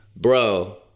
bro